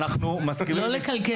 לא לקלקל.